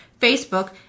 Facebook